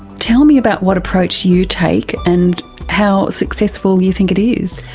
tell me about what approach you take and how successful you think it is.